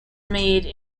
made